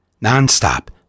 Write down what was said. Non-stop